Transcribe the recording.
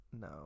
No